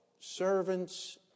servant's